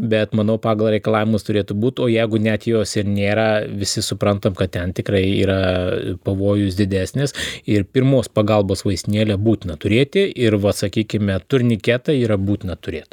bet manau pagal reikalavimus turėtų būt o jeigu net jos ir nėra visi suprantam kad ten tikrai yra pavojus didesnis ir pirmos pagalbos vaistinėlę būtina turėti ir va sakykime turniketai yra būtina turėt